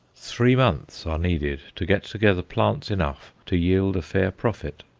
three months are needed to get together plants enough to yield a fair profit.